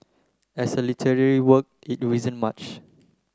as a literary work it isn't much